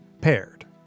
Paired